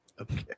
Okay